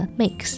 mix